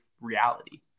reality